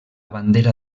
bandera